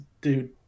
dude